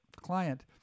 client